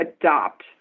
adopt